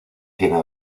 tiene